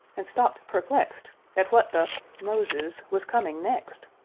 and stopped perplexed at what the moses was coming next.